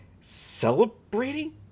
celebrating